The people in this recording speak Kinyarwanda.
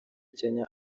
kenya